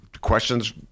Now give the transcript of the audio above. questions